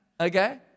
Okay